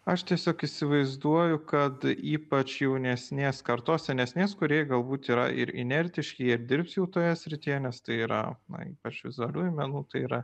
aš tiesiog įsivaizduoju kad ypač jaunesnės kartos senesnės kuriai galbūt yra ir inertiški jie dirbs jau toje srityje nes tai yra na aš vizualiųjų menų tai yra